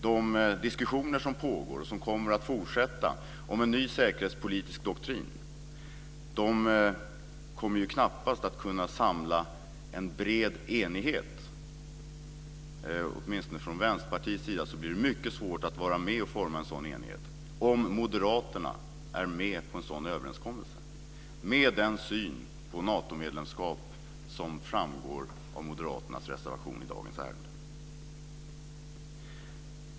De diskussioner som pågår och som kommer att fortsätta om en ny säkerhetspolitisk doktrin kommer knappast att kunna samla en bred enighet. Åtminstone från Vänsterpartiets sida blir det mycket svårt att vara med och forma en sådan enhet om Moderaterna är med på en sådan överenskommelse, med den syn på Natomedlemskap som framgår av Moderaternas reservation i dagens ärende.